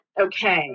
Okay